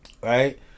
right